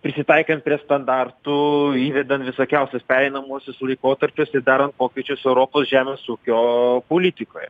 prisitaikant prie standartų įvedant visokiausius pereinamuosius laikotarpius bei darant pokyčius europos žemės ūkio politikoje